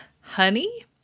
honey